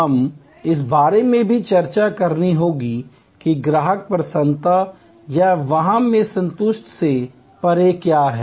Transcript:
हमें इस बारे में भी चर्चा करनी होगी कि ग्राहक प्रसन्नता या वाह में संतुष्टि से परे क्या है